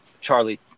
Charlie